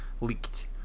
leaked